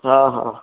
हा हा